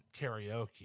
karaoke